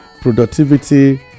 productivity